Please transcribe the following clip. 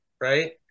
right